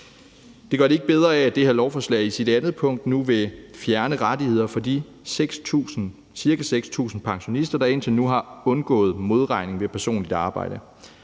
Det gør det ikke bedre, at det her lovforslag i sit andet punkt nu vil fjerne rettigheder for de ca. 6.000 pensionister, der indtil nu har undgået modregning ved personligt arbejde.